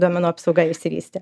duomenų apsauga išsivystė